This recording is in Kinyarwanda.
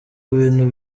bintu